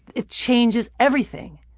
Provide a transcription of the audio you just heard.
it changes everything,